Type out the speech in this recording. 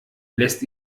lässt